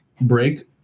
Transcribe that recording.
break